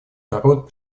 народ